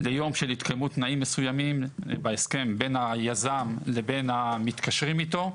ליום של התקיימות תנאים מסוימים בהסכם בין היזם לבין המתקשרים איתו.